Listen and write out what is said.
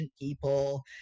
people